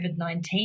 COVID-19